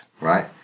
Right